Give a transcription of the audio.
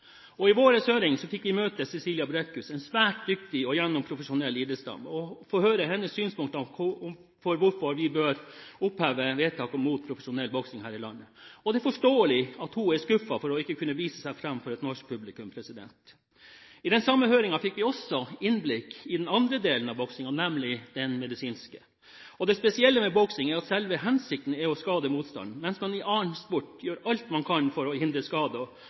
I vår høring fikk vi møte Cecilia Brækhus, en svært dyktig og gjennomprofesjonell idrettsdame, og vi fikk høre hennes synspunkter på hvorfor vi bør oppheve vedtaket mot profesjonell boksing her i landet. Det er forståelig at hun er skuffet for ikke å kunne vise seg fram for et norsk publikum. I den samme høringen fikk vi også innblikk i den andre delen av boksingen, nemlig den medisinske. Det spesielle med boksing er at selve hensikten er å skade motstanderen, mens man i annen sport gjør alt man kan for å hindre skade,